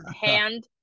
Hand